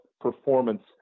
performance